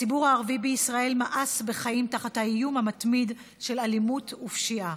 הציבור הערבי בישראל מאס בחיים תחת האיום המתמיד של אלימות ופשע.